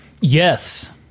Yes